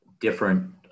different